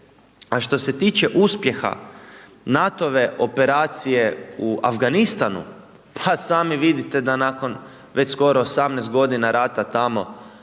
A što se tiče uspjeha NATO operacije u Afganistanu, pa sami vidite da nakon, već skoro 18 g. rata tamo,